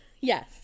yes